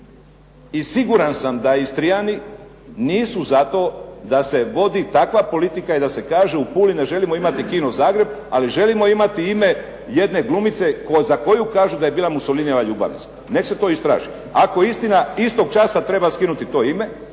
i siguran sam da Istrijani nisu za to da se vodi takva politika i da se kaže u Puli ne želimo imati Kino Zagreb, ali želimo imati ime jedne glumice za koju kažu da je bila Mussolinijeva ljubavnica. Neka se to istraži. Ako je istina, istog časa treba skinuti to ime